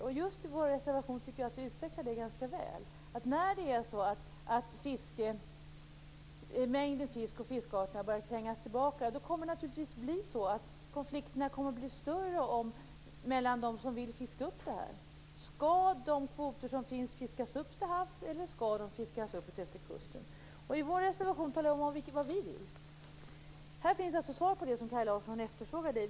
Jag tycker att vi utvecklar det ganska väl i vår reservation. När mängden fisk och fiskarter börjar trängas tillbaka kommer det naturligtvis bli så att konflikterna kommer att bli större mellan dem som vill fiska upp detta. Skall de kvoter som finns fiskas upp till havs eller skall de fiskas upp utefter kusten? I vår reservation talar vi om vad vi vill. Här finns det svar som Kaj Larsson efterfrågade.